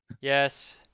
Yes